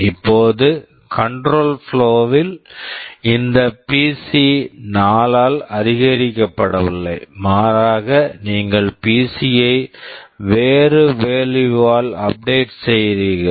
இப்போது control flow control flow ல் இந்த பிசி PC 4 ஆல் அதிகரிக்கப்படவில்லை மாறாக நீங்கள் பிசி PC யை வேறு வாலுயு value ஆல் அப்டேட் update செய்கிறீர்கள்